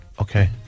Okay